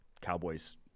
Cowboys